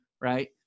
right